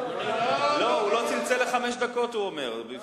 הוא לא צלצל לחמש דקות, הוא אומר.